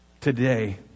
today